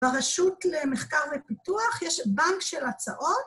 ברשות למחקר ופיתוח, יש בנק של הצעות.